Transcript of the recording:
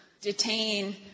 detain